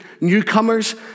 newcomers